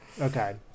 Okay